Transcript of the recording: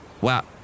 Wow